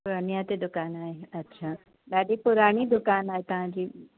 रनिया ते दुकानु आहे अछा ॾाढी पुराणी दुकानु आहे तव्हांजी